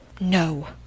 No